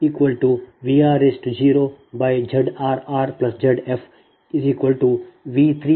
ಆದ್ದರಿಂದ ಈಗ ಆ IfVr0ZrrZfV30Z3301